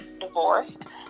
divorced